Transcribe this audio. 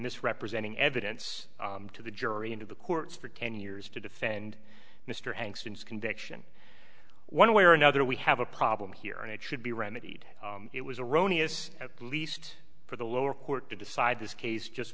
misrepresenting evidence to the jury and to the courts for ten years to defend mr hanks since conviction one way or another we have a problem here and it should be remedied it was erroneous at least for the lower court to decide this case just